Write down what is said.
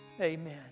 Amen